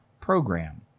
program